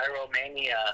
pyromania